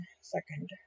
second